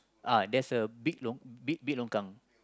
ah there's a big long~ big big longkang